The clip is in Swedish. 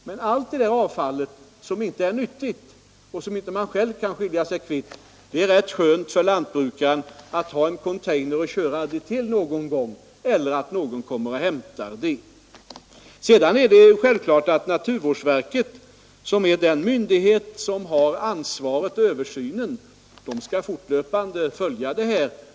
Men då det gäller det avfall som inte är till någon nytta och som lantbrukaren inte själv kan göra sig av med är det ganska skönt att ha en container att köra avfallet till — eller att någon kommer och hämtar det. Vidare är det klart att man på naturvårdsverket, alltså den myndighet som har ansvaret för översynen i detta fall, fortlöpande kommer att följa dessa frågor.